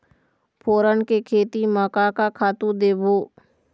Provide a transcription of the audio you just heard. फोरन के खेती म का का खातू देबो?